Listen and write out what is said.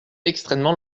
extrêmement